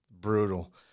brutal